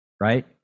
right